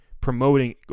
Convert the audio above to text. promoting